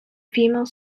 female